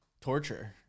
torture